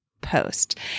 post